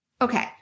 Okay